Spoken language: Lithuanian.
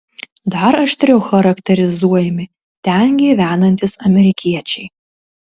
dar aštriau charakterizuojami ten gyvenantys amerikiečiai